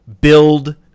build